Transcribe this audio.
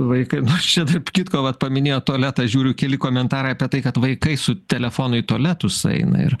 vaikai nors čia tarp kitko vat paminėjo tualetą žiūriu keli komentarai apie tai kad vaikai su telefonu į tualetus eina ir